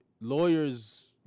lawyers